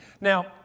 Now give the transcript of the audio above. Now